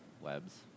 webs